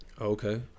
Okay